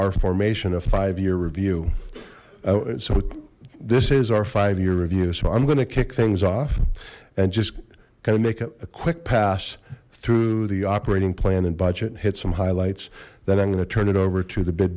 our formation of five year review so what this is our five year review so i'm going to kick things off and just kind of make a quick pass through the operating plan and budget hit some highlights then i'm going to turn it over to the bi